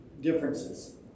differences